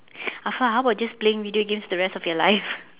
afa how about just playing video games the rest of your life